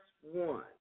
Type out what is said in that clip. one